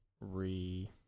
re